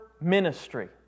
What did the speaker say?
ministry